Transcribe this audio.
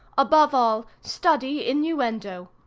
above all, study innuendo.